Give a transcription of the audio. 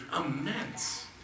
immense